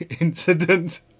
incident